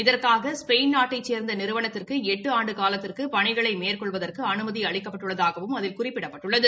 இதற்குக Spain நாட்டைச் சேர்ந்த நிறுவனத்துக்கு எட்டு ஆண்டு மேற்கொள்வதற்கு அனுமதி அளிக்கப்பட்டுள்ளதாகவும் அதில் குறிப்பிடப்பட்டுள்ளது